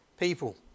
people